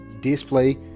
display